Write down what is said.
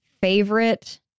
favorite